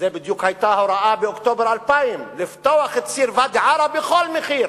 זאת בדיוק היתה ההוראה באוקטובר 2000: לפתוח את ציר ואדי-עארה בכל מחיר,